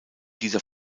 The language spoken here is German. dieser